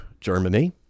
Germany